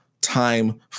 time